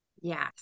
Yes